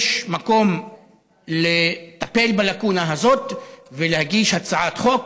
יש מקום לטפל בלקונה הזאת ולהגיש הצעת חוק.